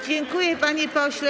Dziękuję, panie pośle.